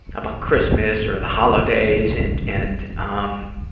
about christmas or the holidays. and, and, um,